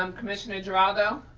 um commissioner geraldo.